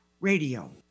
Radio